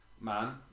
man